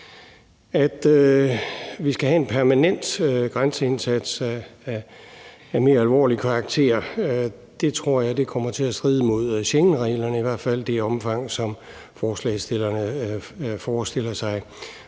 At vi skal have en permanent grænseindsats af mere alvorlig karakter tror jeg kommer til at stride imod Schengenreglerne, i hvert fald i det omfang, som forslagsstillerne forestiller sig.